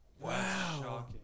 Wow